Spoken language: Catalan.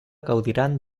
gaudiran